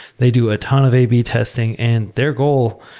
they do a ton of a b testing, and their goal